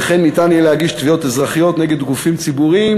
וכן ניתן יהיה להגיש תביעות אזרחיות נגד גופים ציבוריים